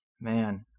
man